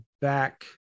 back